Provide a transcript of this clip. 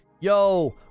Yo